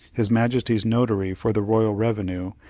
his majesty's notary for the royal revenue,